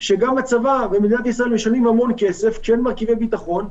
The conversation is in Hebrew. שגם הצבא ומדינת ישראל משלמים המון כסף כשאין מרכיבי ביטחון,